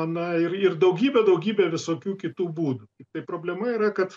na ir ir daugybė daugybė visokių kitų būdų tiktai problema yra kad